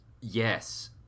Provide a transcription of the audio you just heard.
Yes